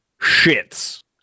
shits